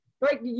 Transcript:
right